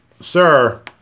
Sir